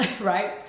right